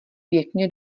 pěkně